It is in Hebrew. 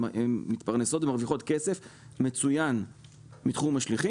הן מתפרנסות ומרוויחות כסף מצוין בתחום השליחים